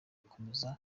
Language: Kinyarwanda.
akomeza